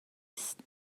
است